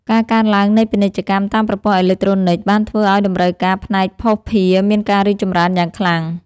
ការកើនឡើងនៃពាណិជ្ជកម្មតាមប្រព័ន្ធអេឡិចត្រូនិកបានធ្វើឱ្យតម្រូវការផ្នែកភស្តុភារមានការរីកចម្រើនយ៉ាងខ្លាំង។